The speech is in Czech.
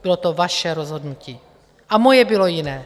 Bylo to vaše rozhodnutí a moje bylo jiné.